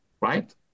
right